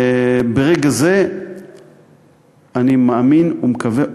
ברגע זה אני מאמין ומקווה,